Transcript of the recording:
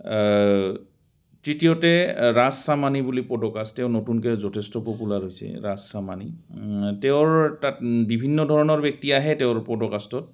তৃতীয়তে ৰাজ চামানী বুলি পডকাষ্ট তেওঁ নতুনকৈ যথেষ্ট পপুলাৰ হৈছে ৰাজ চামানি তেওঁৰ তাত বিভিন্ন ধৰণৰ ব্যক্তি আহে তেওঁৰ পডকাষ্টত